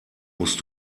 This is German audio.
musst